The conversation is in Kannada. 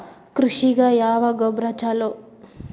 ಕೃಷಿಗ ಯಾವ ಗೊಬ್ರಾ ಛಲೋ?